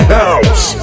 house